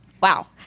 Wow